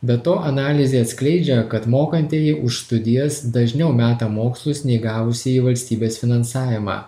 be to analizė atskleidžia kad mokantieji už studijas dažniau meta mokslus nei gavusieji valstybės finansavimą